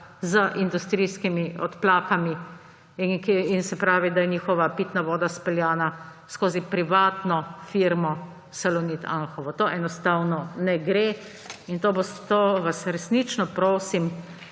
z industrijskimi odplakami; se pravi, da je njihova pitna voda speljana skozi privatno firmo Salonit Anhovo. To enostavno ne gre in to vas resnično prosim,